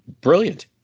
Brilliant